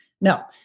No